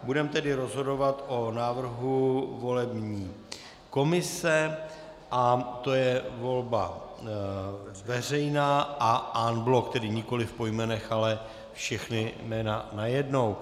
Budeme tedy rozhodovat o návrhu volební komise a to je volba veřejná a en bloc, tedy nikoliv po jménech, ale všechna jména najednou.